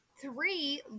three